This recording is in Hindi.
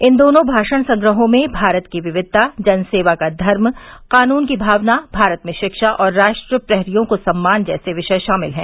इन दोनों भाषण संग्रहो में भारत की विविधता जन सेवा का धर्म कानून की भावना भारत में शिक्षा और राष्ट्र प्रहरियों को सम्मान जैसे विषय शामिल है